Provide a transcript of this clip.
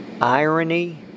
irony